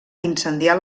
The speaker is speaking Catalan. incendiar